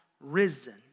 risen